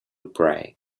pray